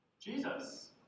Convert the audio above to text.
Jesus